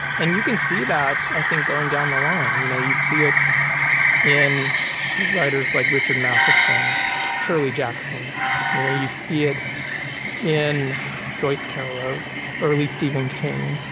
and you can see that i think going down the line you know you see it in writers like richard matheson shirley jackson you know you see it in joyce carol oates early stephen king.